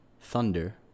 thunder